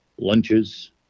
lunches